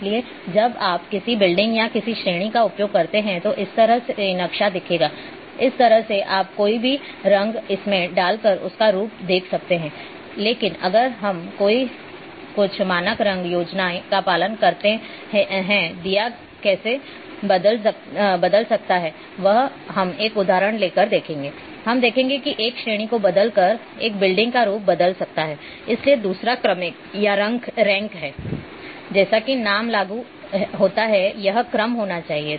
इसलिए जब आप किसी बिल्डिंग या किसी श्रेणी का उपयोग करते हैं तो इस तरह से नक्शा दिखेगाI इस तरह से आप जब कोई भी रंग इसमें डालकर उसका रूप देख सकते हैं लेकिन अगर हम कोई कुछ मानक रंग योजना का पालन करते हैंदीया कैसे बदल जा सकता है वह हम एक उदाहरण ले कर देखेंगे हम देखेंगे कि कैसे एक श्रेणी को बदलकर एक बिल्डिंग का रूप बदल सकता है इसलिए दूसरा क्रमिक या रैंक है जैसा कि नाम लागू होता है यह क्रम होना चाहिए